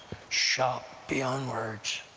shocked beyond words